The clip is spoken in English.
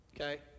Okay